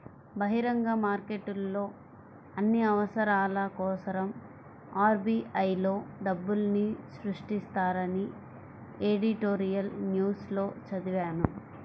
బహిరంగ మార్కెట్లో అన్ని అవసరాల కోసరం ఆర్.బి.ఐ లో డబ్బుల్ని సృష్టిస్తారని ఎడిటోరియల్ న్యూస్ లో చదివాను